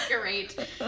great